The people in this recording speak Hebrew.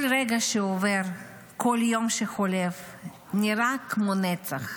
כל רגע שעובר, כל יום שחולף נראה כמו נצח,